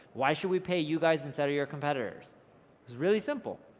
why should we pay you guys instead of your competitors? it was really simple.